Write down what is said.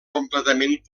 completament